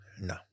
No